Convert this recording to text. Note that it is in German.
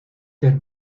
der